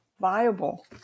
viable